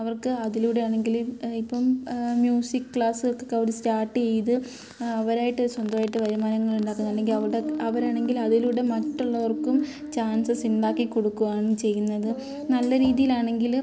അവർക്ക് അതിലൂടെ ആണെങ്കിൽ ഇപ്പം മ്യൂസിക് ക്ലാസുകൾക്കൊക്കെ അവർ സ്റ്റാർട്ട് ചെയ്ത് അവരായിട്ട് സ്വന്തമായിട്ട് വരുമാനങ്ങൾ ഉണ്ടാക്കുന്നുണ്ടെങ്കിൽ അവരുടെ അവരാണെങ്കിൽ അതിലൂടെ മറ്റുള്ളവർക്കും ചാൻസസ് ഉണ്ടാക്കി കൊടുക്കുവാണ് ചെയ്യുന്നത് നല്ല രീതിയിലാണെങ്കിൽ